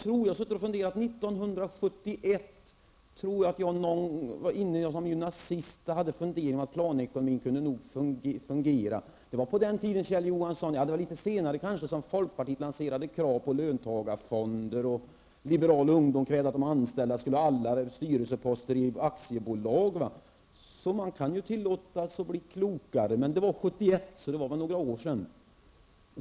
Jag tror att jag 1971 som ung gymnasist hade funderingar om att planekonomin nog kunde fungera. Det var bara litet senare som folkpartiet lanserade krav på löntagarfonder och liberala ungdom krävde att de anställda skulle ha alla styrelseposter i aktiebolag. Så man kan ju tillåtas att bli klokare. Men det var som sagt ett tag sedan.